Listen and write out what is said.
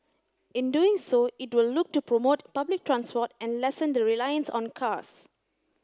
in doing so it will look to promote public transport and lessen the reliance on cars